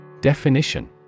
Definition